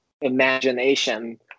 imagination